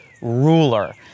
ruler